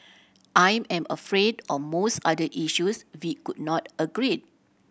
I am afraid on most other issues we could not agree